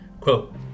Quote